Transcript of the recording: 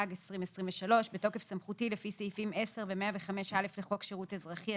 התשפ"ג-2023 בתוקף סמכותי לפי סעיפים 10 ו-105(א) לחוק שירות אזרחי,